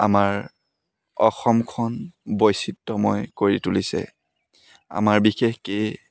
আমাৰ অসমখন বৈচিত্ৰময় কৰি তুলিছে আমাৰ বিশেষকৈ